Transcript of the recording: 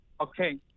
Okay